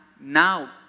Now